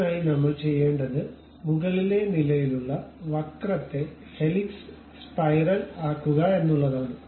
അതിനായി നമ്മൾ ചെയ്യേണ്ടത് മുകളിലെ നിലയിലുള്ള വക്രത്തെ ഹെലിക്സ് സ്പൈറൽ ആക്കുക എന്നുള്ളതാണ്